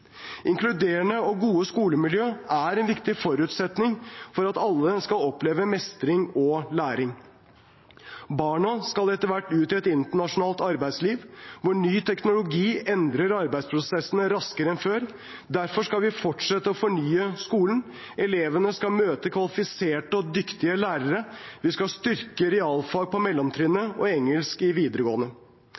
Inkluderende og gode skolemiljø er en viktig forutsetning for at alle skal oppleve mestring og læring. Barna skal etter hvert ut i et internasjonalt arbeidsliv hvor ny teknologi endrer arbeidsprosessene raskere enn før. Derfor skal vi fortsette å fornye skolen. Elevene skal møte kvalifiserte og dyktige lærere. Vi skal styrke realfag på mellomtrinnet og engelsk i videregående.